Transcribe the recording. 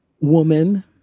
woman